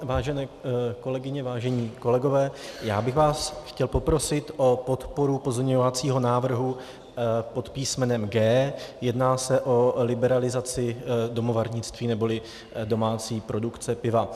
Vážené kolegyně, vážení kolegové, já bych vás chtěl poprosit o podporu pozměňovacího návrhu pod písmenem G. Jedná se o liberalizaci domovarnictví neboli domácí produkce piva.